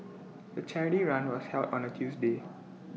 the charity run was held on A Tuesday